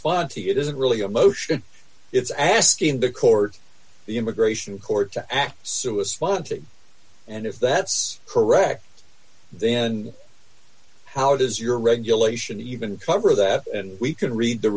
spot to get isn't really a motion it's asking the court the immigration court to act suicide want to and if that's correct then how does your regulation even cover that and we can read the